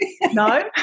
no